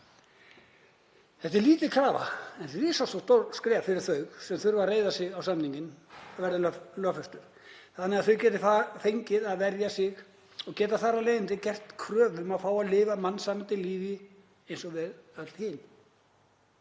Þetta er lítil krafa en risastórt skref fyrir þau sem þurfa að reiða sig á að samningurinn verði lögfestur þannig að þau geti fengið að verja sig og geti þar af leiðandi gert kröfu um að fá að lifa mannsæmandi lífi eins og við öll hin.